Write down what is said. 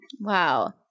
Wow